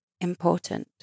important